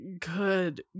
Good